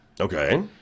okay